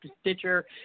stitcher